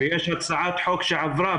יש הצעת חוק שעברה,